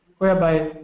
whereby